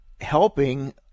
helping